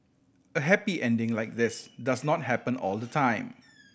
a happy ending like this does not happen all the time